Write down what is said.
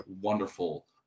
wonderful